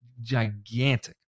gigantic